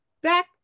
back